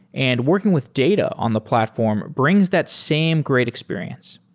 and working with data on the platform brings that same great experience.